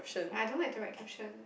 ya I don't like to write caption